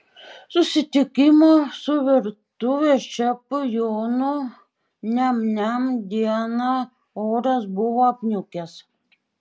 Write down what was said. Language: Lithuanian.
susitikimo su virtuvės šefu jonu niam niam dieną oras buvo apniukęs